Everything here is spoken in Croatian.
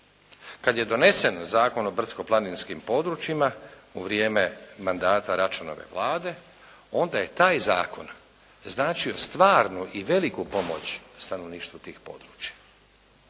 Kada je donesen Zakon o brdsko-planinskim područjima u vrijeme mandata Račanove Vlade, onda je taj zakon značio stvarnu i veliku pomoć stanovništvu tih područja.